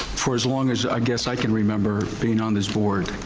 for as long as i guess i can remember being on this board.